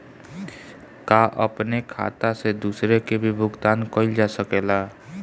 का अपने खाता से दूसरे के भी भुगतान कइल जा सके ला?